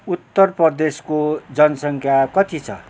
उत्तर प्रदेशको जनसङ्ख्या कति छ